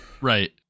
Right